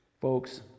Folks